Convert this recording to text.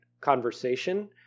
conversation